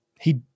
he-